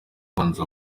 abanza